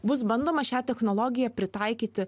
bus bandoma šią technologiją pritaikyti